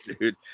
dude